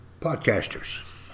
Podcasters